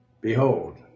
behold